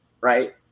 Right